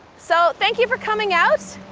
so thank you for coming out.